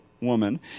woman